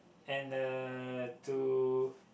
and uh to